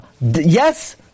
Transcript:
Yes